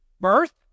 Birth